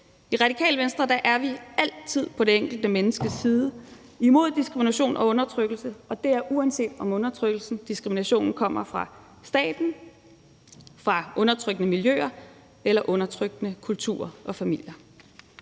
I Radikale Venstre er vi altid på det enkelte menneskes side. Vi er imod diskrimination og undertrykkelse, og det er, uanset om undertrykkelsen og diskriminationen kommer fra staten, fra undertrykkende miljøer eller fra undertrykkende kulturer og familier.